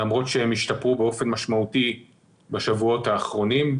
למרות שהם השתפרו באופן משמעותי בשבועות האחרונים,